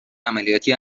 عملیاتی